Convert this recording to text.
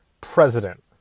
president